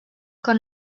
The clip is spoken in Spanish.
con